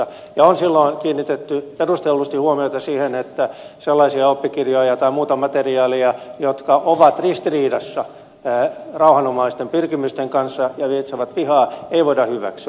ja on silloin kiinnitetty perustellusti huomiota siihen että sellaisia oppikirjoja tai muuta materiaalia jotka ovat ristiriidassa rauhanomaisten pyrkimysten kanssa ja lietsovat vihaa ei voida hyväksyä